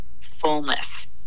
fullness